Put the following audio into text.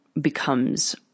becomes